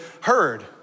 heard